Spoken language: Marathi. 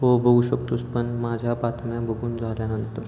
हो बघू शकतोस पण माझ्या बातम्या बघून झाल्यानंतर